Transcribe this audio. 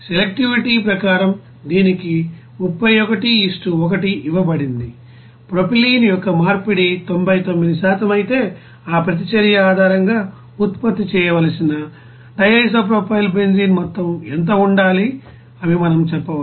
selectivity ప్రకారం దీనికి 31 1 ఇవ్వబడింది ప్రొపైలిన్ యొక్క మార్పిడి 99 అయితే ఆ ప్రతిచర్య ఆధారంగా ఉత్పత్తి చేయవలసిన DIPB మొత్తం ఎంత ఉండాలి అని మనం చెప్పవచ్చు